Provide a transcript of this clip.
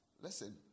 Listen